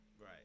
Right